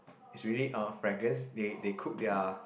it's really uh fragrance they they cook their